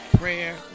prayer